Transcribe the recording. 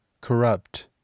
corrupt